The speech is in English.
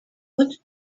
what